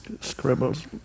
scribbles